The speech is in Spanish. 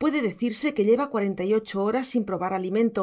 puede decirse que lleva cuarenta y ocho horas sin probar alimento